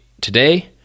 today